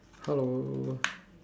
hello